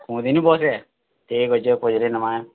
କୁମୁଦିନି ବସ୍ରେ ଠିକ୍ ଅଛେ ପଚ୍ରି ଦେମା